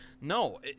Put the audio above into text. No